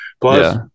Plus